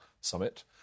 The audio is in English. summit